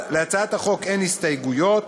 להצעת החוק אין הסתייגויות,